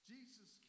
Jesus